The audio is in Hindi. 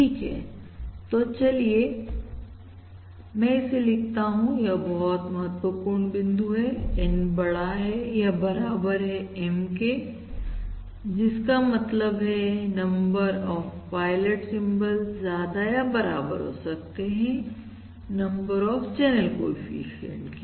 ठीक है तो चलिए मैं इसे लिखता हूं यह बहुत महत्वपूर्ण बिंदु हैN बड़ा है या बराबर है M के जिसका मतलब है नंबर ऑफ पायलट सिंबल ज्यादा या बराबर हो सकते हैं नंबर ऑफ चैनल कोएफिशिएंट के